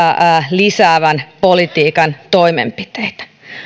lisäävän politiikan toimenpiteitä